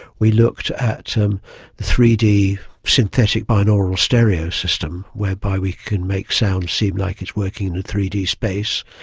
we looked at the so um three d synthetic binaural stereo system whereby we can make sounds seem like it's working in a three d space,